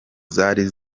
zari